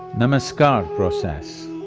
namaskar process